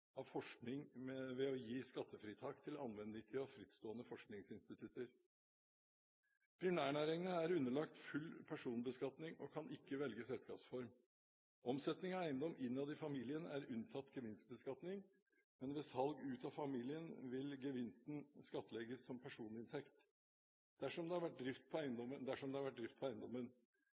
av forskning ved å gi skattefritak til allmennyttige og frittstående forskningsinstitutter. Primærnæringene er underlagt full personbeskatning og kan ikke velge selskapsform. Omsetning av eiendom innad i familien er unntatt gevinstbeskatning, men ved salg ut av familien vil gevinsten skattlegges som personinntekt dersom det har vært drift på eiendommen. Dersom